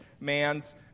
man's